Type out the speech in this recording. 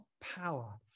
power